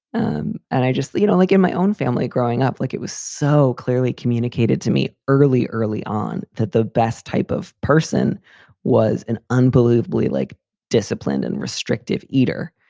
and and i just don't you know like in my own family growing up, like it was so clearly communicated to me early, early on that the best type of person was an unbelievably like disciplined and restrictive eater.